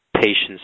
patients